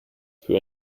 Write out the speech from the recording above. für